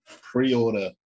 pre-order